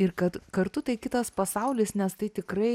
ir kad kartu tai kitas pasaulis nes tai tikrai